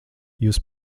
jūs